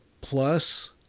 plus